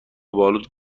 آلود